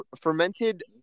Fermented